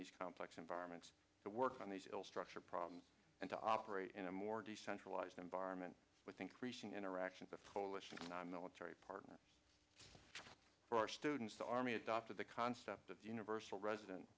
these complex environments to work on the hill structure problem and to operate in a more decentralized environment with increasing interactions the fullest nonmilitary part of for our students the army adopted the concept of universal resident